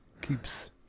Keeps